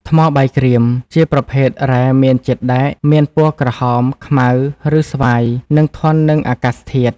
ថ្មបាយក្រៀម ជាប្រភេទរ៉ែមានជាតិដែក មានពណ៌ក្រហម ខ្មៅ ឬស្វាយ និងធន់នឹងអាកាសធាតុ។